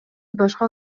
башка